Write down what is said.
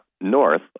north